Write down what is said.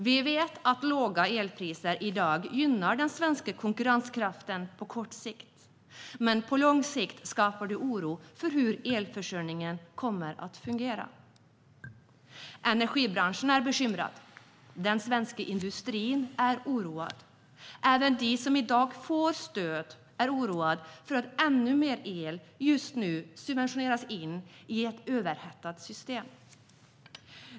Vi vet att låga elpriser i dag gynnar den svenska konkurrenskraften på kort sikt, men på lång sikt skapar det oro för hur elförsörjningen kommer att fungera. Energibranschen är bekymrad, och den svenska industrin är oroad. Även de som i dag får stöd är oroade för att ännu mer el just nu subventioneras in i ett överhettat system.